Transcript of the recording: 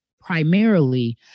primarily